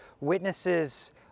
witnesses